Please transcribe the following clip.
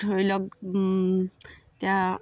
ধৰি লওক এতিয়া